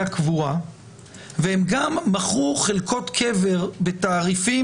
הקבורה והן גם מכרו חלקות קבר בתעריפים.